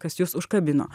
kas jus užkabino